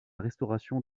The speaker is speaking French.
restauration